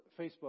Facebook